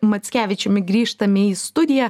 mackevičiumi grįžtame į studiją